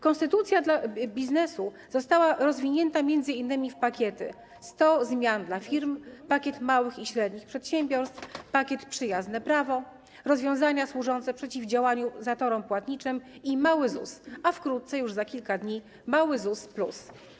Konstytucja biznesu została rozwinięta m.in. w pakiety: „100 zmian dla firm”, pakiet małych i średnich przedsiębiorstw, pakiet „Przyjazne prawo”, rozwiązania służące przeciwdziałaniu zatorom płatniczym i mały ZUS, a wkrótce, już za kilka dni, mały ZUS plus.